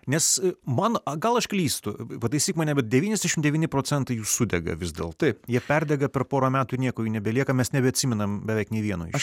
nes man gal aš klystu pataisyk mane bet devyniasdešimt devyni procentai jų sudega vis dėl taip jie perdega per porą metų nieko nebelieka mes nebeatsimenam beveik nė vieno iš